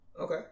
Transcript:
Okay